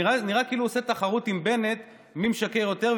נראה כאילו הוא עושה תחרות עם בנט מי משקר יותר,